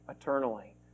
eternally